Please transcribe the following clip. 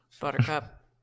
Buttercup